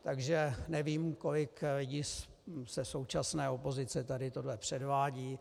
Takže nevím, kolik jich ze současné opozice tady tohle předvádí.